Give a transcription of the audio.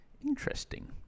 Interesting